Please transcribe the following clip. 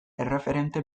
erreferente